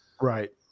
right